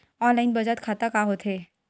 Online बचत खाता का होथे?